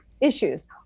issues